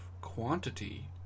quantity